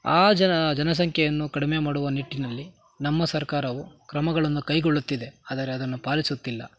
ಆ ಜನ ಜನಸಂಖ್ಯೆಯನ್ನು ಕಡಿಮೆ ಮಾಡುವ ನಿಟ್ಟಿನಲ್ಲಿ ನಮ್ಮ ಸರ್ಕಾರವು ಕ್ರಮಗಳನ್ನು ಕೈಗೊಳ್ಳುತ್ತಿದೆ ಆದರೆ ಅದನ್ನು ಪಾಲಿಸುತ್ತಿಲ್ಲ